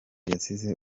yasize